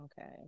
okay